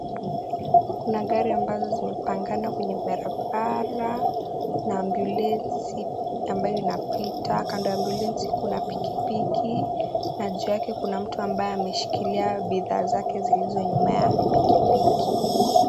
Kuna gari ambazo zimepangana kwenye barabara, na ambulensi ambayo inapita kando ya ambulensi, Kuna pikipiki, na juu yake kuna mtu ambaye ameshikilia bidhaa zake zilizo nyuma ya pikipiki.